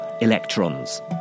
electrons